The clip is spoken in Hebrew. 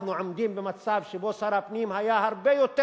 אנחנו עומדים במצב שבו שר הפנים היה הרבה יותר